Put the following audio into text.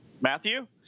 Matthew